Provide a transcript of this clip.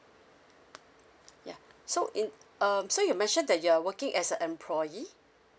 ya so in um so you mentioned that you are working as a employee